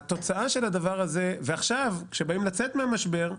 התוצאה של הדבר הזה, כשבאים לצאת מהמשבר,